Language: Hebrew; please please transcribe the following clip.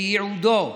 שייעודו